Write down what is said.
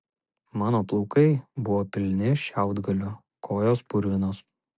mano plaukai buvo pilni šiaudgalių kojos purvinos